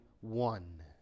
one